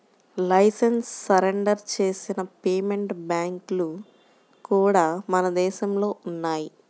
licence surrender చేసిన payment బ్యాంక్లు కూడా మన దేశంలో ఉన్నయ్యి